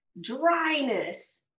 dryness